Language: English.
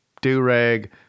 do-rag